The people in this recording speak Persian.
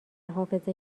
حافظه